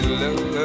love